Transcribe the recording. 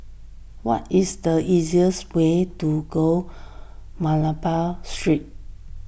what is the easiest way to go Malabar Street